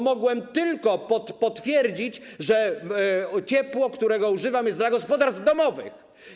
Mogłem tylko potwierdzić, że ciepło, którego używam, przeznaczone jest dla gospodarstw domowych.